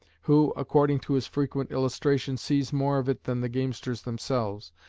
who, according to his frequent illustration, sees more of it than the gamesters themselves,